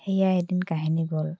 সেয়া এদিন কাহিনী গ'ল